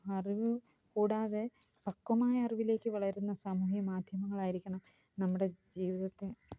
അറിവ് കൂടാതെ പക്വമായ അറിവിലേക്ക് വളരുന്ന സാമൂഹിക മാധ്യമങ്ങളായിരിക്കണം നമ്മുടെ ജീവിതത്തെ